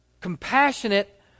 compassionate